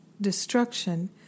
destruction